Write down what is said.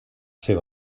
ser